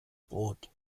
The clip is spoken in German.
brot